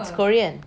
it's korean